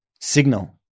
signal